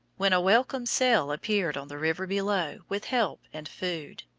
when a welcome sail appeared on the river below with help and food.